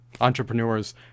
Entrepreneurs